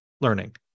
learning